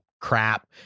crap